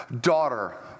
daughter